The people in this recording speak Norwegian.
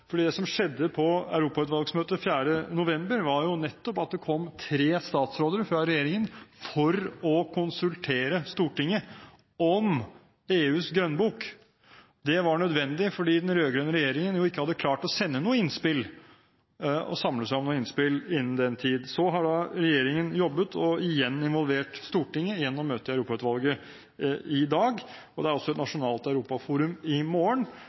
det. Det som skjedde på europautvalgsmøtet 4. november, var jo nettopp at det kom tre statsråder fra regjeringen for å konsultere Stortinget om EUs grønnbok. Det var nødvendig fordi den rød-grønne regjeringen jo ikke hadde klart å sende noe innspill – å samle sammen noe innspill – innen den tid. Så har regjeringen jobbet, og igjen involvert Stortinget gjennom møtet i Europautvalget i dag. Det er også et møte i Nasjonalt europaforum i